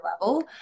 level